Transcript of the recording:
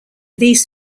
these